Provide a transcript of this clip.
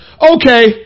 okay